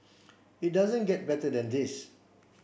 it doesn't get better than this